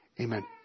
Amen